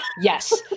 Yes